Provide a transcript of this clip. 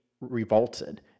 revolted